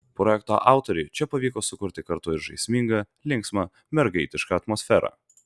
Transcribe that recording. projekto autoriui čia pavyko sukurti kartu ir žaismingą linksmą mergaitišką atmosferą